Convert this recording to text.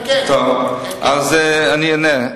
אז אני אענה,